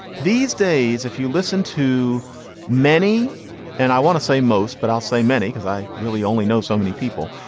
these days, if you listen to many and i want to say most, but i'll say many, because i really only know so many people,